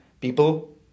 people